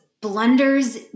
blunders